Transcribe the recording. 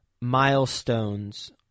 milestones